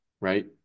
right